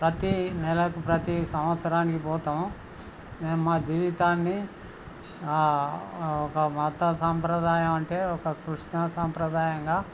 ప్రతి నెలకు ప్రతి సంవత్సరానికి పోతాము మేము మా జీవితాన్ని ఒక మత సాంప్రదాయం అంటే ఒక కృష్ణ సాంప్రదాయంగా